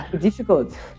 difficult